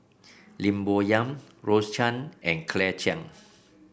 Lim Bo Yam Rose Chan and Claire Chiang